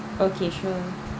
okay sure